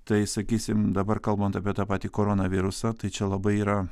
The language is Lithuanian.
tai sakysim dabar kalbant apie tą patį koronavirusą tai čia labai yra